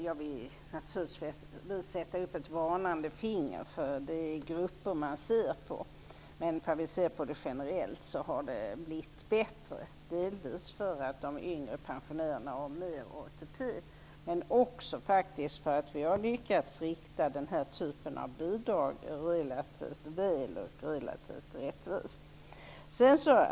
Jag vill sätta upp ett varnande finger för att det är hela grupper som man har studerat, men generellt sett har standarden blivit bättre, delvis på grund av att de yngre pensionärerna har större ATP men faktiskt också därför att vi har lyckats rikta den aktuella typen av bidrag relativt väl och rättvist.